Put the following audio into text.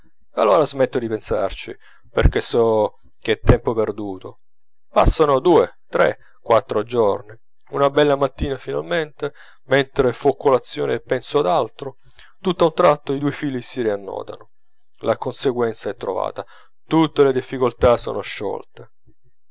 allora smetto di pensarci perchè so che è tempo perduto passano due tre quattro giorni una bella mattina finalmente mentre fo colazione e penso ad altro tutto a un tratto i due fili si riannodano la conseguenza è trovata tutte le difficoltà sono sciolte